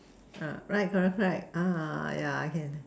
err right correct correct ah yeah I can